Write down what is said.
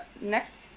Next